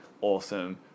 awesome